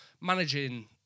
managing